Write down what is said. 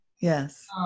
Yes